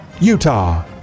Utah